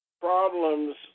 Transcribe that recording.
problems